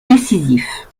décisif